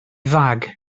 fag